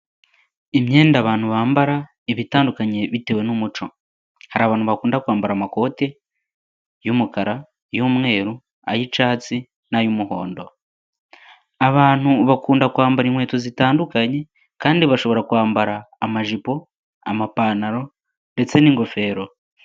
Imyenda abantu bambara iba itandukanye bitewe n'umuco. Hari abantu bakunda kwambara amakote y'umukara, y'umweru, ay'icyatsi n'ay'umuhondo. Abantu bakunda kwambara inkweto zitandukanye kandi bashobora kwambara amajipo, amapantaro ndetse n'ingofero.